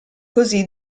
così